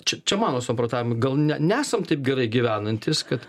čia čia mano samprotavimai gal ne nesam taip gerai gyvenantys kad